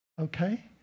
Okay